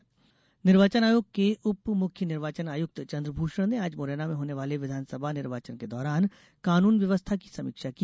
निर्वाचन समीक्षा निर्वाचन आयोग के उप मुख्य निर्वाचन आयुक्त चन्द्रभूषण ने आज मुरैना में होने वाले विधानसभा निर्वाचन के दौरान कानून व्यवस्था की समीक्षा की